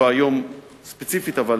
לא היום ספציפית, אבל